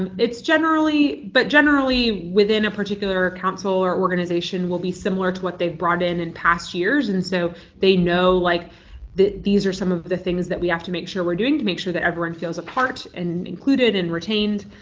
and it's generally but generally within a particular council or organization will be similar to what they've brought in in past years. and so they know like these are some of the things that we have to make sure we're doing to make sure that everyone feels a part and included and retained.